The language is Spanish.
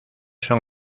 son